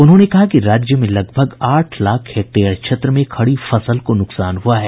उन्होंने कहा कि राज्य में लगभग आठ लाख हेक्टेयर क्षेत्र में खड़ी फसल को नुकसान हुआ है